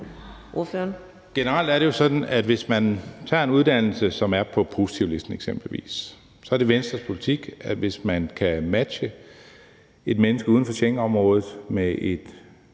Generelt er det jo sådan, at hvis man tager en uddannelse, som eksempelvis er på positivlisten, så er det Venstres politik at understøtte det, hvis man kan matche et menneske uden for Schengenområdet med et